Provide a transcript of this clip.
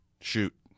Shoot